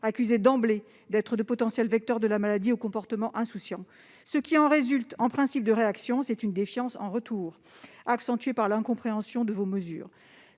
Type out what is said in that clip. accusés d'emblée d'être de potentiels vecteurs de la maladie au comportement insouciant. Ce qui en résulte en retour- principe de réaction -, c'est de la défiance, accentuée par l'incompréhension de vos mesures.